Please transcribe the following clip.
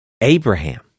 Abraham